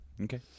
Okay